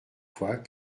fois